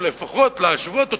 ולפחות להשוות אותן,